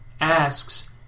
asks